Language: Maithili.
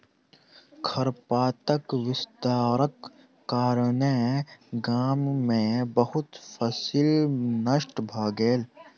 खरपातक विस्तारक कारणेँ गाम में बहुत फसील नष्ट भ गेल